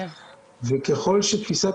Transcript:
תפיסת